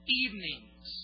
evenings